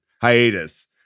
hiatus